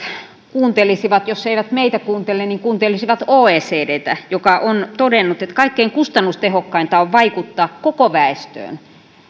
kuuntelisivat ja jos eivät meitä kuuntele niin kuuntelisivat oecdtä joka on todennut että kaikkein kustannustehokkainta on vaikuttaa koko väestöön